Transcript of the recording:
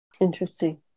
Interesting